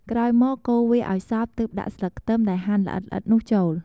ក្រោយមក កូរវាឱ្យសព្វទើបដាក់ស្លឹកខ្ទឹមដែលហាន់ល្អិតៗនោះចូល។